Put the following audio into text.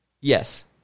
Yes